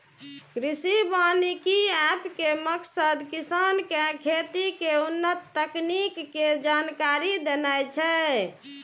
कृषि वानिकी एप के मकसद किसान कें खेती के उन्नत तकनीक के जानकारी देनाय छै